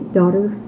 daughter